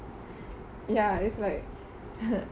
ya it's like